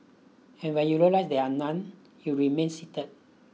and when you realise that there are none you remain seated